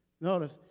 Notice